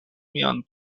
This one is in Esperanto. mian